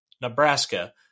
Nebraska